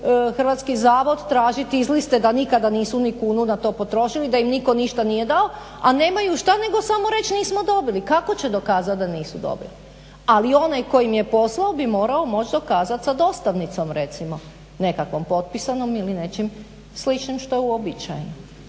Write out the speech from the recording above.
Hrvatski zavod tražit izliste da nikada nisu ni kunu na to potrošili, da im niko ništa nije dao a nemaju šta nego samo reći nismo dobili, kako će dokazati da nisu dobili. Ali onaj koji im je poslao bi morao možda moć dokazat sa dostavnicom recimo, nekakvom potpisanom ili nečim sličnim što je uobičajeno.